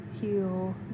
heal